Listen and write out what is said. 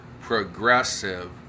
progressive